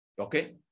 okay